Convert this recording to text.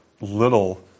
little